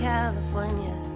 California